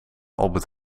albert